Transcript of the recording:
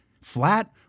Flat